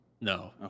No